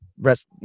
Rest